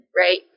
right